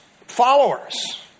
followers